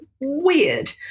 weird